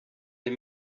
les